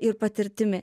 ir patirtimi